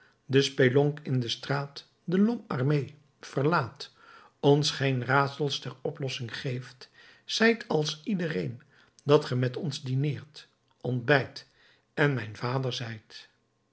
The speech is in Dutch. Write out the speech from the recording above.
de spelonk in de straat de lhomme armé verlaat ons geen raadsels ter oplossing geeft zijt als iedereen dat ge met ons dineert ontbijt en mijn vader zijt